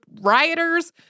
rioters